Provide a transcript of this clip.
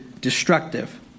destructive